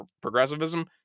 progressivism